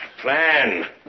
Plan